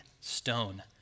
stone